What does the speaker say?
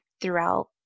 Throughout